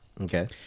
Okay